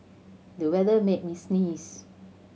the weather made me sneeze